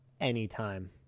anytime